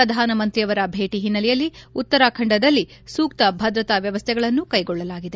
ಪ್ರಧಾನಮಂತ್ರಿಯವರ ಭೇಟ ಹಿನ್ನೆಲೆ ಉತ್ತರಾಖಂಡದಲ್ಲಿ ಸೂಕ್ತ ಭದ್ರತಾ ವ್ಯವಸ್ಥೆಗಳನ್ನು ಕೈಗೊಳ್ಳಲಾಗಿದೆ